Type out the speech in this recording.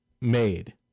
made